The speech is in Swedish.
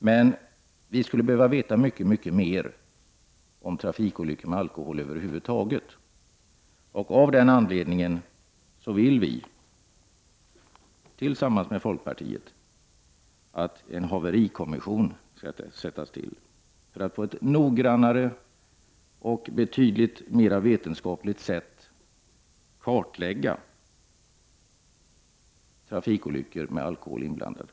Men vi skulle behöva veta mycket mer om trafikolyckor där alkohol funnits med i bilden. Därför vill vi tillsammans med folkpartiet att en haverikommission skall tillsättas för att man på ett noggrannare och betydligt mer vetenskapligt sätt skall kunna kartlägga trafikolyckor där alkohol är inblandad.